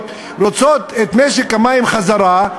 שמחר בבוקר רוצים את משק המים חזרה,